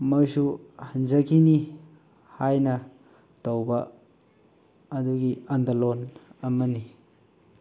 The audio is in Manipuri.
ꯃꯣꯏꯁꯨ ꯍꯟꯖꯈꯤꯅꯤ ꯍꯥꯏꯅ ꯇꯧꯕ ꯑꯗꯨꯒꯤ ꯑꯟꯗꯂꯣꯟ ꯑꯃꯅꯤ